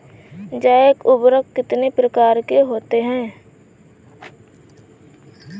जैव उर्वरक कितनी प्रकार के होते हैं?